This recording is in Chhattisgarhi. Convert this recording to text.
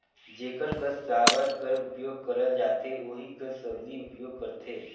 जेकर कस साबर कर उपियोग करल जाथे ओही कस सबली उपियोग करथे